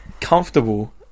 comfortable